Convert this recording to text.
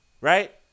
right